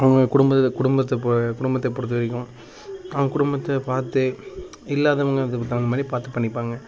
அவங்க குடும்ப குடும்பத்தை குடும்பத்த பொறுத்த வரைக்கும் அவங்க குடும்பத்தை பார்த்து இல்லாதவாங்க அதுக்கு தகுந்த மாதிரி பார்த்து பண்ணிப்பாங்கள்